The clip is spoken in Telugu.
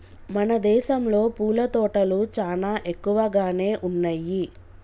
మన దేసంలో పూల తోటలు చానా ఎక్కువగానే ఉన్నయ్యి